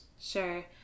Sure